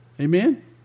amen